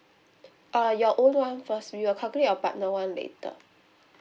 err your own [one] first we will calculate your partner [one] later